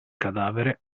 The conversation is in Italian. cadavere